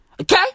Okay